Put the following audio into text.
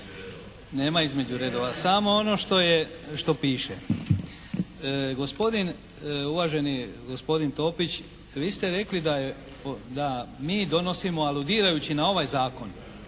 Nema između redova. Samo ono što piše. Gospodin, uvaženi gospodin Topić! Vi ste rekli da mi donosimo aludirajući na ovaj zakon,